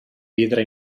vidre